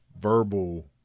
verbal